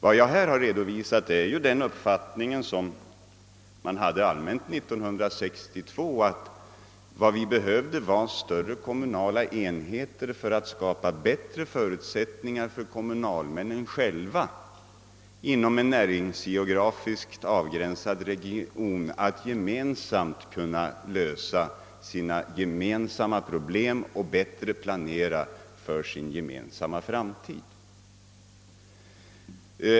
Vad jag redovisat är emellertid den uppfattning, som låg till grund för 1962 års beslut om kommunindelningsreformen, att vi behöver större kommunala enheter för att skapa bättre förutsättningar för kommunerna själva att inom en näringsgeografiskt avgränsad region i samverkan kunna lösa sina gemensamma problem och planera för sin framtid.